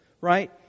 right